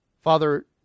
Father